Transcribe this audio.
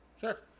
Sure